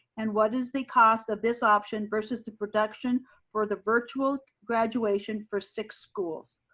and what is the cost of this option versus the production for the virtual graduation for six schools?